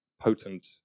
potent